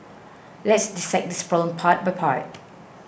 let's dissect this problem part by part